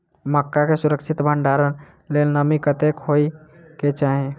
मक्का केँ सुरक्षित भण्डारण लेल नमी कतेक होइ कऽ चाहि?